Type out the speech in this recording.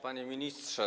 Panie Ministrze!